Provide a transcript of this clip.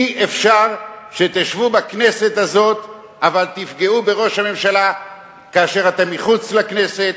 אי-אפשר שתשבו בכנסת הזאת אבל תפגעו בראש הממשלה כאשר אתם מחוץ לכנסת,